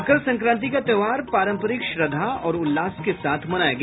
मकर संक्रांति का त्योहार पारंपरिक श्रद्धा और उल्लास के साथ मनाया गया